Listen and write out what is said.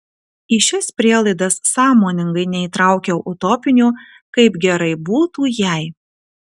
į šias prielaidas sąmoningai neįtraukiau utopinio kaip gerai būtų jei